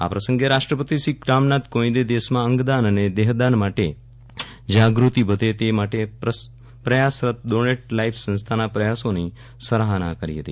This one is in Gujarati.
આ પ્રસંગે રાષ્ટ્રપતિ શ્રી રામનાથ કોવિંદે દેશમાં અંગદાન અને દેહદાન માટે જાગૃતિ વધે તે માટે પ્રયાસરત ડોનેટ લાઇફ સંસ્થાના પ્રયાસોની સરાહના કરી હતી